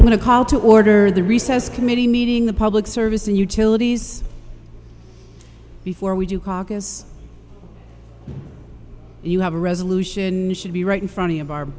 i'm going to call to order the recess committee meeting the public service and utilities before we do caucus you have a resolution you should be right in front of our